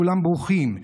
כולם ברוכים.